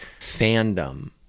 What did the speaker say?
fandom